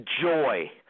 joy